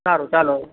સારું ચાલો